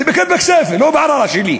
תבקר בכסייפה, לא בערערה שלי,